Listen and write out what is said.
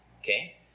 Okay